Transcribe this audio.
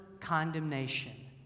condemnation